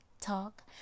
Talk